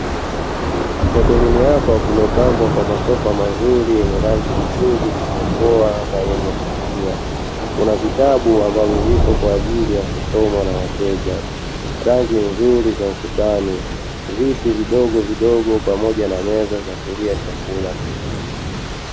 Hotelini hapa kumepambwa kwa masofa mazuri yenye rangi nzuri iliyopoa na yenye kuvutia. Kuna vitabu ambavyo vipo kwa ajili ya kusomwa na wateja, rangi nzuri za ukutani, viti vidogovidogo pamoja na meza za kulia chakula.